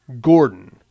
Gordon